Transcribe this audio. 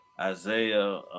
Isaiah